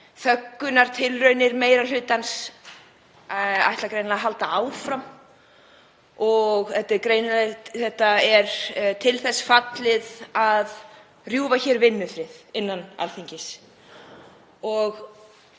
þöggunartilraunir meiri hlutans ætla greinilega að halda áfram og þetta er til þess fallið að rjúfa vinnufrið á Alþingi.